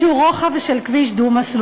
ברוחב של איזה כביש דו-מסלולי.